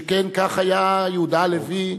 שכן כך היה יהודה הלוי,